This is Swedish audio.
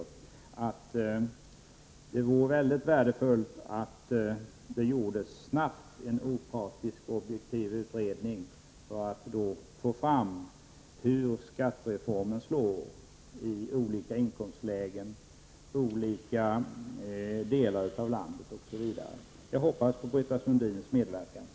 Jag tycker alltså att det skulle vara mycket värdefullt om vi snabbt fick en opartisk objektiv utredning. På det sättet skulle vi få fram uppgifter om hur skattereformen slår när det gäller olika inkomstlägen, geografiskt osv. Jag hoppas således på Britta Sundins medverkan här.